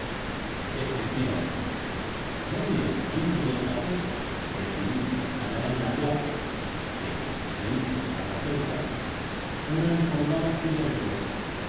efectivamente no bien salimos del café percibimos allá en la plaza que como os he dicho estaba cerca una empolvada silla de posta